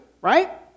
right